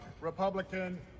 Republican